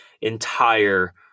entire